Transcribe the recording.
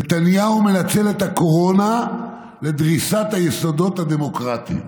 נתניהו מנצל את הקורונה לדריסת היסודות הדמוקרטיים.